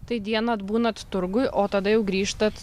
tai dieną atbūnat turguj o tada jau grįžtat